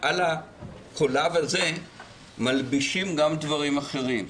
על הקולב הזה מלבישים גם דברים אחרים.